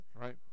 Right